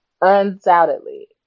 undoubtedly